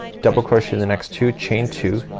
double crochet in the next two, chain two,